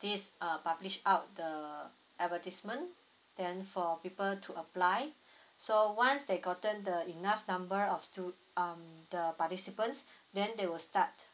this uh publish out the advertisement then for people to apply so once they gotten the enough number of stu~ um the participants then they will start